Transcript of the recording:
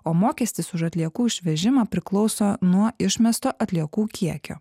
o mokestis už atliekų išvežimą priklauso nuo išmesto atliekų kiekio